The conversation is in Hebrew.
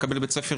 מקבל כל בית ספר,